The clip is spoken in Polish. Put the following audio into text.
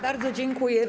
Bardzo dziękuję.